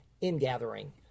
Ingathering